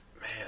Man